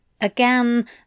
Again